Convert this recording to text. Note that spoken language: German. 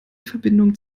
verbindung